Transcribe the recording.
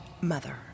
mother